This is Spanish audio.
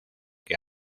que